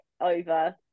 over